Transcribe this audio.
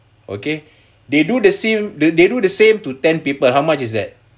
okay they do the same the they do the same to ten people how much is that